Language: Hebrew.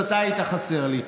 אתה היית חסר לי.